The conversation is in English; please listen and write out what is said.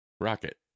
rocket